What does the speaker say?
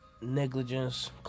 negligence